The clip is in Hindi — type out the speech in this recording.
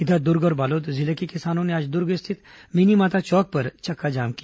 इधर दुर्ग और बालोद जिले के किसानों ने आज दुर्ग स्थित मिनीमाता चौक पर चक्काजाम किया